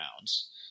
rounds